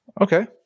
Okay